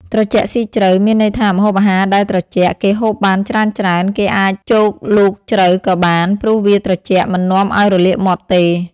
ត្រជាក់ស៊ីជ្រៅ មានន័យថាម្ហូបអាហារដែលត្រជាក់ គេហូបបានច្រើនៗ គេអាចចូកលូកជ្រៅក៏បាន ព្រោះវាត្រជាក់មិននាំឲ្យរលាកមាត់ទេ ។